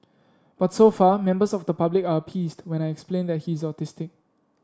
but so far members of the public are appeased when I explain that he's autistic